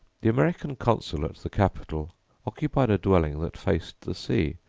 the american consul at the capital occupied a dwelling that faced the sea,